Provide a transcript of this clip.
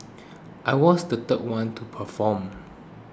I was the third one to perform